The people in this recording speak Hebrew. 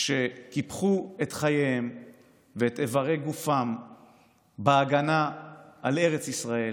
שקיפחו את חייהם ואת איברי גופם בהגנה על ארץ ישראל